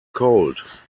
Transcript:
cold